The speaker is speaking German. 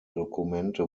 dokumente